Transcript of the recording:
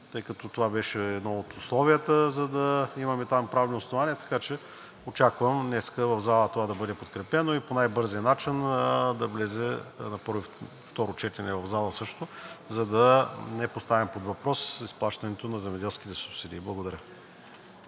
тъй като това беше едно от условията, за да имаме там правни основания, така че очаквам днес в залата това да бъде подкрепено и по най-бързия начин да влезе на второ четене в залата, за да не поставяме под въпрос изплащането на земеделските субсидии. Благодаря.